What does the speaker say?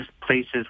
places